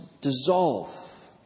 dissolve